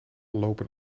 lopen